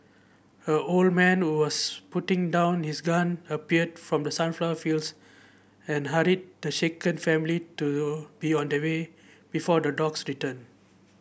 a old man was putting down his gun appeared from the sunflower fields and hurried the shaken family to be on their way before the dogs return